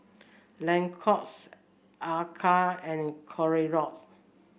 Lacoste Acura and Clorox